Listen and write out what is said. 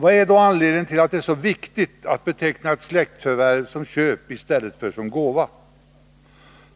Vad är då anledningen till att det är så viktigt att beteckna ett släktförvärv som köp i stället för gåva?